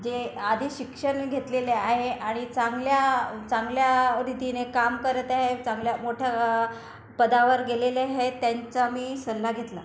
जे आधी शिक्षण घेतलेले आहे आणि चांगल्या चांगल्या रीतीने काम करत आहे चांगल्या मोठ्या पदावर गेलेले आहे त्यांचा मी सल्ला घेतला